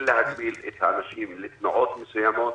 כן להגביל את האנשים לתנועות מסוימות.